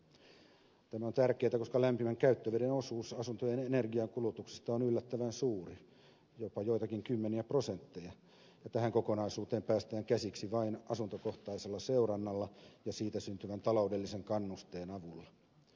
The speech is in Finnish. tämä on tärkeätä koska lämpimän käyttöveden osuus asuntojen energiankulutuksesta on yllättävän suuri jopa joitakin kymmeniä prosentteja ja tähän kokonaisuuteen päästään käsiksi vain asuntokohtaisella seurannalla ja siitä syntyvän taloudellisen kannusteen avulla